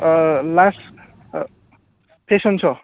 ओ लास्ट ओ फेसोन स'